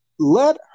Let